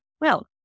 Well-